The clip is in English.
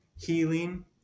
healing